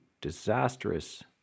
disastrous